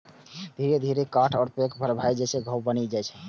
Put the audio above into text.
धीरे धीरे ई गांठ पैघ भए जाइ आ घाव बनि जाइ छै